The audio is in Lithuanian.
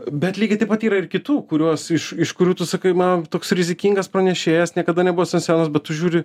bet lygiai taip pat yra ir kitų kuriuos iš iš kurių tu sakai na toks rizikingas pranešėjas niekada nebuvęs ant scenos bet tu žiūri